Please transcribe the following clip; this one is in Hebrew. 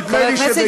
נדמה לי שבגיל,